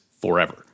forever